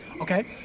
okay